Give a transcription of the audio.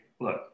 look